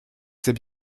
c’est